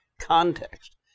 context